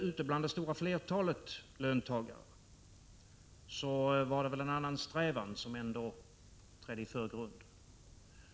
Ute bland det stora flertalet löntagare var det en annan strävan som trädde i förgrunden.